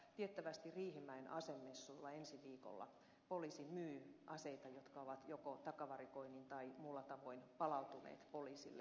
tiettävästi riihimäen asemessuilla ensi viikolla poliisi myy aseita jotka ovat joko takavarikoinnin kautta tai muulla tavoin palautuneet poliisille